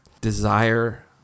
desire